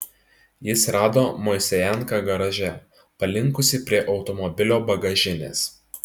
jis rado moisejenką garaže palinkusį prie automobilio bagažinės